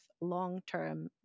long-term